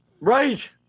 Right